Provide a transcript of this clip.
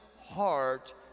heart